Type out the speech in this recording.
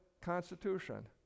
Constitution